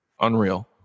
Unreal